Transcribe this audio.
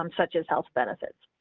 um such as health benefits.